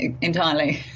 entirely